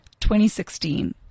2016